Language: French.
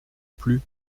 plus